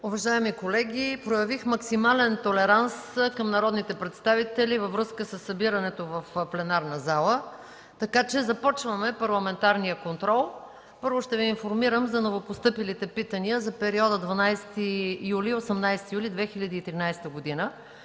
Уважаеми колеги, проявих максимален толеранс към народните представители във връзка със събирането в пленарната зала. Започваме с: ПАРЛАМЕНТАРЕН КОНТРОЛ. Първо ще Ви информирам за новопостъпилите питания за периода 12 юли – 18 юли 2013 г.